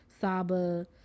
Saba